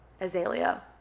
Azalea